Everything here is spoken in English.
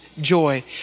joy